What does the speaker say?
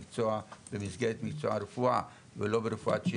במסגרת מקצוע הרפואה ולא רפואת שיניים.